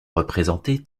représentés